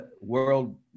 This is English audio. world